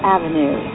Avenue